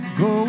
go